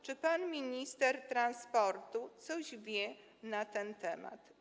Czy pan minister transportu coś wie na ten temat?